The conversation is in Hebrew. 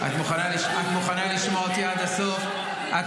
את מוכנה לשמוע אותי עד הסוף, גברתי?